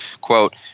quote